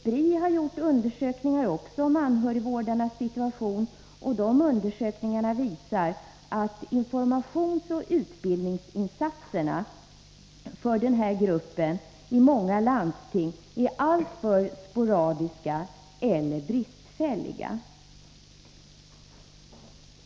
Spri har gjort undersökningar om anhörigvårdarnas situation. Dessa undersökningar visar att informationsoch utbildningsinsatserna för anhörigvårdarna i många landsting är alltför sporadiska eller bristfälliga.